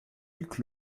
luc